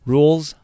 Rules